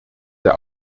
der